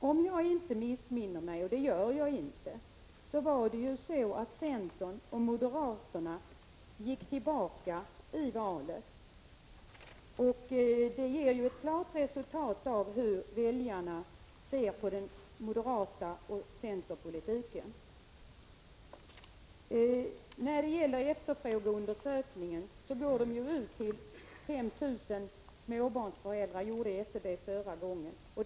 Om jag inte missminner mig, och det gör jag inte, gick centern och moderaterna tillbaka i valet. Det ger ju ett klart besked om hur väljarna ser på den moderata politiken och på centerpolitiken. När det gäller efterfrågeundersökningen så gick SCB förra gången ut med sina frågor till 5 000 småbarnsföräldrar.